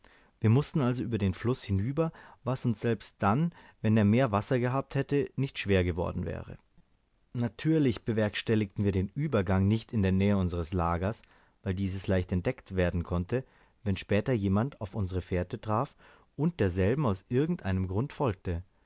wir mußten also über den fluß hinüber was uns selbst dann wenn er mehr wasser gehabt hätte nicht schwer geworden wäre natürlich bewerkstelligten wir den uebergang nicht in der nähe unseres lagers weil dieses leicht entdeckt werden konnte wenn später jemand auf unsere fährte traf und derselben aus irgend einem grunde folgte